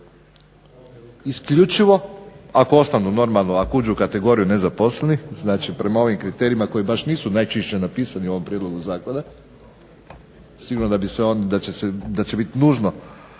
normalno ako uđu u kategoriju nezaposlenih, znači prema ovim kriterijima koji baš nisu najčišće napisani u ovom prijedlogu zakona, sigurno da bi se